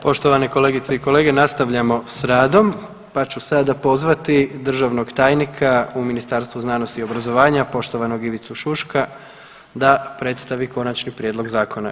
Poštovane kolegice i kolege nastavljamo s radom, pa ću sada pozvati državnog tajnika u Ministarstvu znanosti i obrazovanja, poštovanog Ivicu Šuška da predstavi konačni prijedlog zakona.